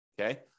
Okay